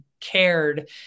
cared